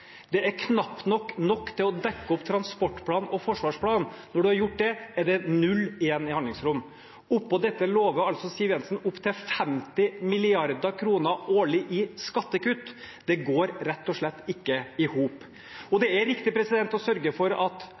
Det er knapt nok til å dekke opp transportplanen og forsvarsplanen. Når man har gjort det, er det null igjen i handlingsrom. Oppå dette lover Siv Jensen opptil 50 mrd. kr årlig i skattekutt. Det går rett og slett ikke i hop. Det er riktig å sørge for at